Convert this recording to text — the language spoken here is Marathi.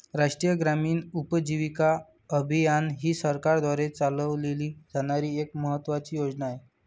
राष्ट्रीय ग्रामीण उपजीविका अभियान ही सरकारद्वारे चालवली जाणारी एक महत्त्वाची योजना आहे